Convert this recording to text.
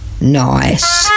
Nice